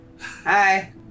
Hi